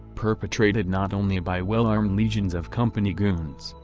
perpetrated not only by well-armed legions of company goons,